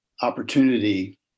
opportunity